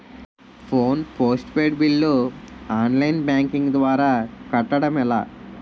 Phone postpaid bill online banking ద్వారా కట్టడం ఎలా?